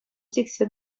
сиксе